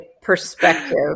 perspective